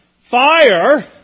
fire